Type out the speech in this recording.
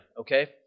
Okay